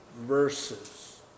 verses